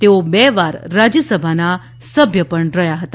તેઓ બે વાર રાજયસભાના સભ્ય પણ રહ્યાં હતા